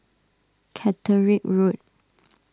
Caterick Road